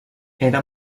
era